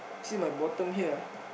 see my bottom here